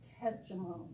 testimony